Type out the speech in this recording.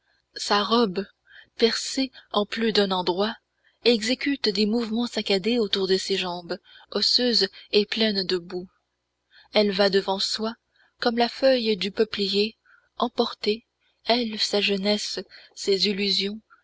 sa robe percée en plus d'un endroit exécute des mouvements saccadés autour de ses jambes osseuses et pleines de boue elle va devant soi comme la feuille du peuplier emportée elle sa jeunesse ses illusions